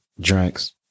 drinks